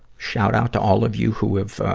shout-out to all of you who have, ah,